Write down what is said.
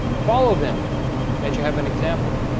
follow them as you have an example